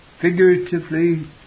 Figuratively